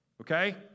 okay